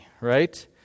right